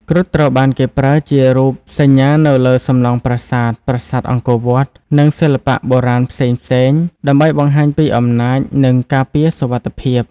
គ្រុឌត្រូវបានគេប្រើជារូបសញ្ញានៅលើសំណង់ប្រាសាទ ប្រាសាទអង្គរវត្ត និងសិល្បៈបុរាណផ្សេងៗ ដើម្បីបង្ហាញពីអំណាច និងការពារសុវត្ថិភាព។